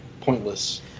pointless